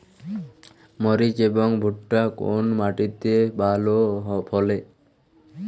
মরিচ এবং ভুট্টা কোন মাটি তে ভালো ফলে?